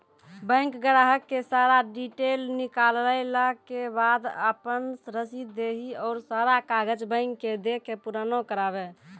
Bank ग्राहक के सारा डीटेल निकालैला के बाद आपन रसीद देहि और सारा कागज बैंक के दे के पुराना करावे?